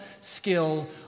skill